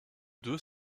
deux